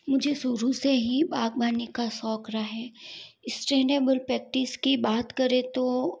मुझे शुरू से ही बागवानी का शौक रहा है स्टेनबल और प्रेक्टिस की बात करें तो